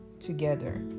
together